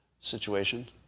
situation